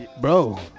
Bro